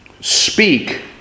speak